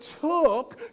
took